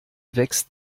wächst